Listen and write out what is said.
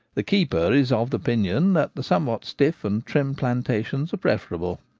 the keeper is of opinion that the somewhat stiff and trim plantations are preferable.